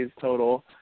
total